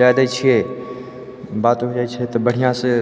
दऽ दै छिए बात भऽ जाइ छै तऽ बढ़िआँसँ